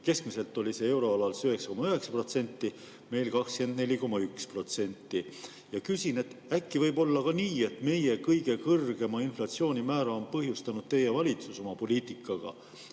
keskmiselt oli see euroalal 9,9%, meil 24,1%. Äkki võib olla ka nii, et meie kõige kõrgema inflatsioonimäära on põhjustanud teie valitsus oma poliitikaga?